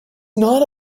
not